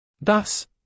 Thus